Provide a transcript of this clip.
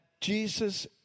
Jesus